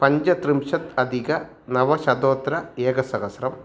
पञ्चत्रिंशतधिकनवशतोत्तरेकसहस्रम्